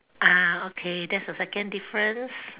uh okay that's a second difference